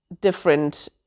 different